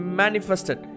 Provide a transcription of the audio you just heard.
manifested